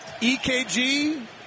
EKG